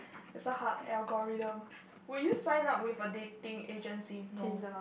there's a heart algorithm would you sign up with a dating agency no